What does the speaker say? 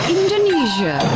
Indonesia